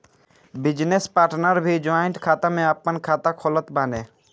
business partner भी joint खाता में आपन खाता खोलत बाने